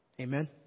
Amen